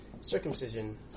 circumcision